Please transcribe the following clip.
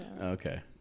Okay